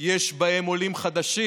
יש בהם עולים חדשים.